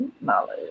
Knowledge